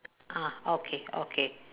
ah okay okay